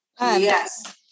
Yes